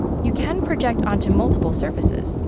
you can project onto multiple surfaces,